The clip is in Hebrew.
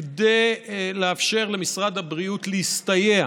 כדי לאפשר למשרד הבריאות להסתייע